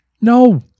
No